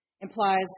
implies